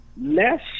less